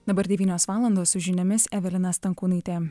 dabar devynios valandos su žiniomis evelina stankūnaitė